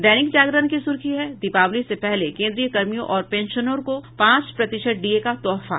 दैनिक जागरण की सुर्खी है दिवाली से पहले केन्द्रीय कर्मियों और पेंशनरों को पांच प्रतिशत डीए का तोहफा